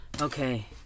Okay